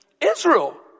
Israel